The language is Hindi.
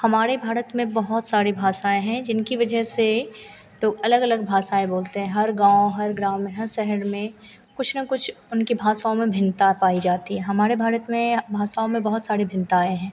हमाड़े भारत में बहुत सारी भाषाएँ हैं जिनकी वज़ह से लोग अलग अलग भाषाएँ बोलते हैं हर गाँव हर ग्राम हर शहर में कुछ न कुछ उनकी भाषाओं में भिन्नता पाई जाती है हमारे भारत में भाषाओं में बहुत सारी भिन्नताएँ हैं